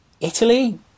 Italy